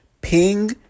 ping